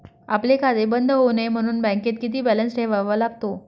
आपले खाते बंद होऊ नये म्हणून बँकेत किती बॅलन्स ठेवावा लागतो?